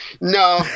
no